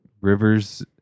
Rivers